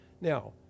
Now